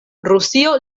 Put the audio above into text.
rusio